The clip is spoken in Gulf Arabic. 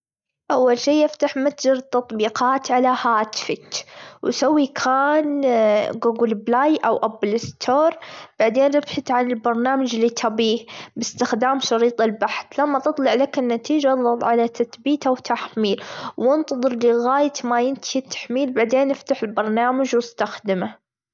أول شي أفتح متجر التطبيقات على هاتفتش وسوي كان جوجل بلاي أو أبل أستور، بعدين أبحث عن البرنامج اللي تبيه بإستخدام شريط البحث ثم تطلع لك النتيجة أضغط على تثبيته، وتحميل وأنتطر لغاية ما ينتهي التحميل، بعدين أفتح البرنامج وإستخدمه.